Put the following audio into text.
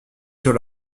sur